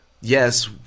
yes